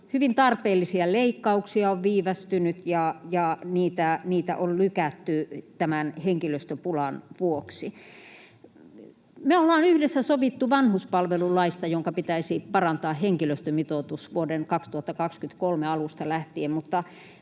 hyvin tarpeellisia leikkauksia on viivästynyt ja niitä on lykätty tämän henkilöstöpulan vuoksi. Me ollaan yhdessä sovittu vanhuspalvelulaista, jonka pitäisi parantaa henkilöstömitoitus vuoden 2023 alusta lähtien, mutta